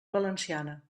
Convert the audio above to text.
valenciana